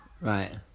Right